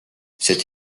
cet